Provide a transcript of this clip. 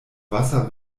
wasser